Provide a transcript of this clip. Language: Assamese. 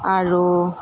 আৰু